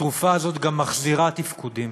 התרופה הזאת גם מחזירה תפקודים.